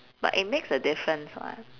but it makes a difference what